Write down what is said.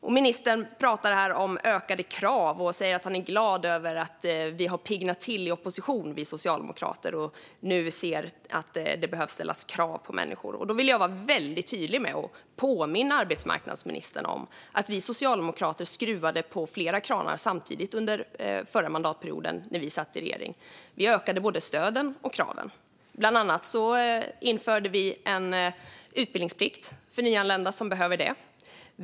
Ministern pratar här om ökade krav och säger att han är glad över att vi socialdemokrater har piggnat till i opposition - att vi nu ser att det behöver ställas krav på människor. Jag vill vara tydlig och påminna arbetsmarknadsministern om att vi socialdemokrater skruvade på flera kranar samtidigt när vi satt i regeringen under förra mandatperioden. Vi ökade stöden och kraven. Bland annat införde vi en utbildningsplikt för nyanlända som behöver det.